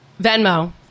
Venmo